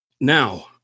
Now